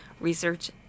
research